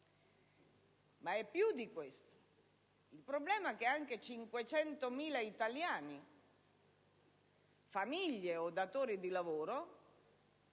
Ma c'è più di questo: il problema è che anche 500.000 italiani (famiglie o datori di lavoro)